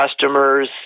customers